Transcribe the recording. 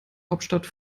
hauptstadt